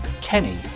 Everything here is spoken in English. Kenny